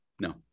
No